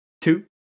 two